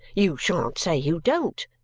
you shan't say you don't.